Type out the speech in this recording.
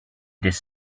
this